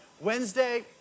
Wednesday